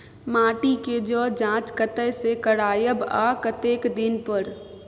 माटी के ज जॉंच कतय से करायब आ कतेक दिन पर?